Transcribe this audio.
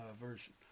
version